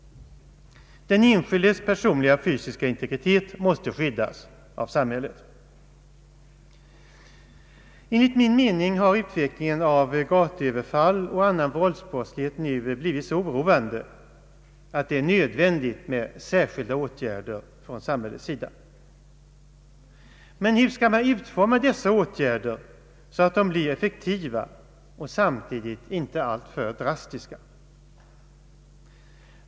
Den enskildes personliga fysiska integritet måste skyddas av samhället. Enligt min mening har utvecklingen av gatuöverfall och annan våldsbrottslighet nu blivit så oroande att det är nödvändigt med särskilda åtgärder från samhällets sida. Men hur skall man utforma dessa åtgärder så att de blir effektiva men samtidigt inte alltför drastiska?